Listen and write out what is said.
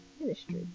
ministry